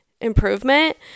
improvement